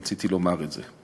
ורציתי לומר את זה.